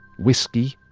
whiskey,